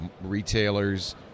retailers